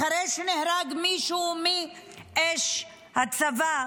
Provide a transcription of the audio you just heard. אחרי שנהרג מישהו מאש הצבא,